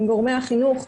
עם גורמי החינוך.